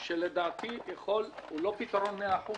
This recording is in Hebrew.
פתרון שלדעתי יכול הוא לא פתרון מאה אחוז